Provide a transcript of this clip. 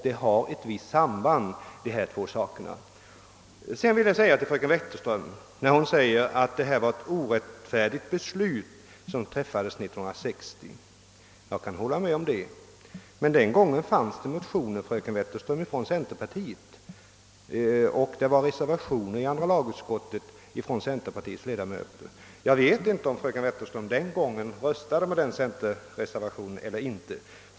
Dessa två ting har visst samband. Fröken Wetterström säger att det var ett orättfärdigt beslut som fattades 1960, och jag kan hålla med om det. Den gången fanns emellertid en reservation från centerpartiets ledamöter till andra lagutskottets utlåtande. Jag vet inte om fröken Wetterström då röstade för bifall till den centerpartireservationen eller inte.